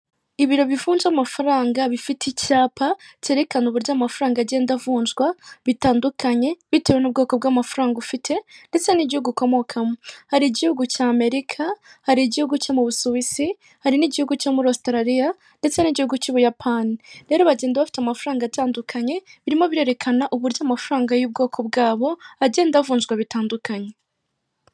Ibiro bifunze amafaranga bifite icyapa cyerekana uburyo amafaranga agenda avunzwa bitandukanye bitewe n'ubwoko bw'amafaranga ufite ndetse n'igihugu ukomokamo, hari igihugu cya amerika, hari igihugu cye mu busuwisi, hari n'igihugu cyo muri australia ndetse n'igihugu cy'ubuyapani. Rero bagenda bafite amafaranga atandukanye birimo birerekana uburyo amafaranga y'ubwoko bwabo agenda avunjwa bitandukanye.